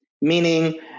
meaning